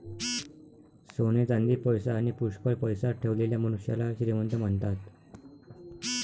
सोने चांदी, पैसा आणी पुष्कळ पैसा ठेवलेल्या मनुष्याला श्रीमंत म्हणतात